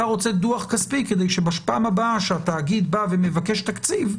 אתה רוצה דוח כספי כדי שבפעם הבאה כשהתאגיד בא ומבקש תקציב,